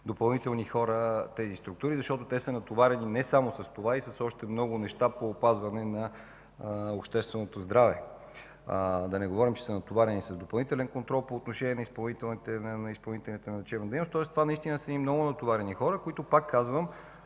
допълнителни хора тези структури, защото те са натоварени не само с това, а и с още много неща по опазване на общественото здраве. Да не говорим, че са натоварени с допълнителен контрол по отношение на изпълнителите на лечебна дейност, тоест това наистина са едни много натоварени хора, които са